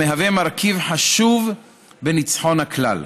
המהווה מרכיב חשוב בניצחון הכלל.